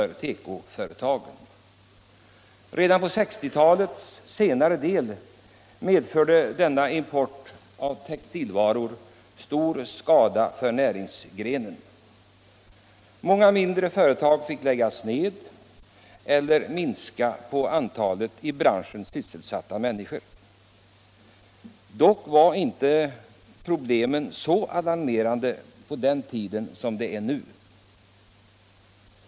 Redan under 1960-talets senare del medförde denna import av textilvaror stor skada för näringsgrenen. Många mindre företag fick läggas ner eller minska antalet sysselsatta. På den tiden var problemen dock inte så alarmerande som nu.